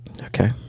Okay